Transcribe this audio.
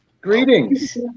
Greetings